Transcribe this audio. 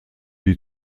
die